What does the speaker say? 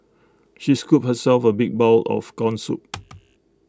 she scooped herself A big bowl of Corn Soup